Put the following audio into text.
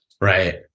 Right